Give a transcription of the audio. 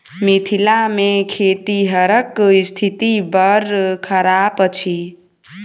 मिथिला मे खेतिहरक स्थिति बड़ खराब अछि